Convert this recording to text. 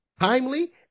timely